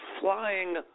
flying